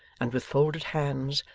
and with folded hands,